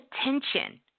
attention